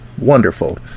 wonderful